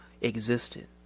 existed